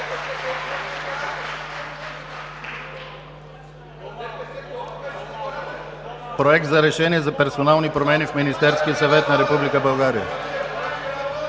Проект за решение за персонални промени в Министерския съвет на Република